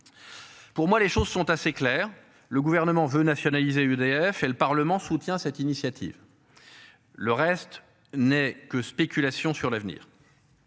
Pour moi les choses sont assez claires, le gouvernement veut nationaliser EDF et le Parlement soutient cette initiative. Le reste n'est que spéculation sur l'avenir.